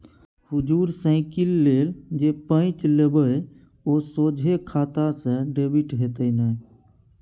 हुजुर साइकिल लेल जे पैंच लेबय ओ सोझे खाता सँ डेबिट हेतेय न